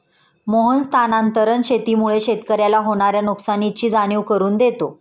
मोहन स्थानांतरण शेतीमुळे शेतकऱ्याला होणार्या नुकसानीची जाणीव करून देतो